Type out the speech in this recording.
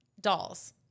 dolls